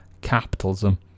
capitalism